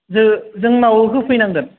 जो जोंनाव होफै नांगोन